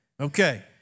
Okay